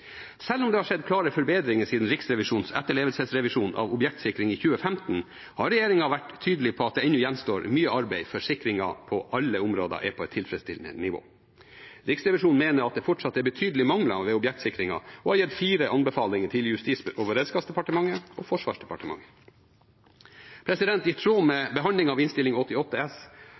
Selv om det har skjedd klare forbedringer siden Riksrevisjonens etterlevelsesrevisjon av objektsikring i 2015, har regjeringen vært tydelig på at det ennå gjenstår mye arbeid før sikringen på alle områder er på et tilfredsstillende nivå. Riksrevisjonen mener at det fortsatt er betydelige mangler ved objektsikringen, og har gitt fire anbefalinger til Justis- og beredskapsdepartementet og Forsvarsdepartementet. I tråd med behandlingen av Innst. 88 S